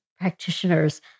practitioners